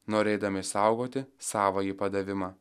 norėdami išsaugoti savąjį padavimą